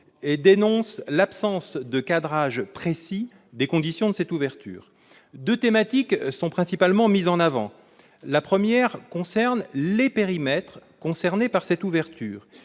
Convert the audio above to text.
et dénoncent l'absence de cadrage précis des conditions de cette ouverture. Deux thématiques sont principalement mises en avant. La première est relative aux périmètres concernés par cette ouverture.